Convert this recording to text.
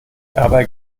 dabei